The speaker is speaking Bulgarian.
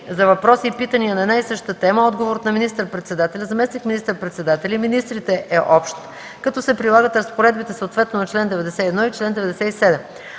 За въпроси и питания на една и съща тема, отговорът на министър-председателя, заместник министър-председателя и министрите е общ, като се прилагат разпоредбите съответно на чл. 91 и чл. 97.